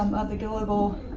um of the global